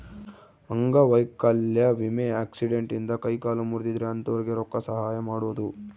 ಅಂಗವೈಕಲ್ಯ ವಿಮೆ ಆಕ್ಸಿಡೆಂಟ್ ಇಂದ ಕೈ ಕಾಲು ಮುರ್ದಿದ್ರೆ ಅಂತೊರ್ಗೆ ರೊಕ್ಕ ಸಹಾಯ ಮಾಡೋದು